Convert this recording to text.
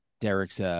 Derek's